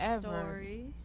story